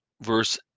verse